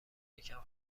یکم